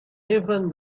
even